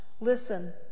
listen